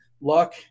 luck